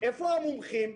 איפה המומחים?